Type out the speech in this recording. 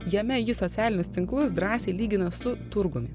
jame ji socialinius tinklus drąsiai lygina su turgumi